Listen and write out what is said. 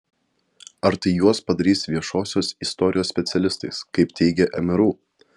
ar tai juos padarys viešosios istorijos specialistais kaip teigia mru